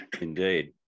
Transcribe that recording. indeed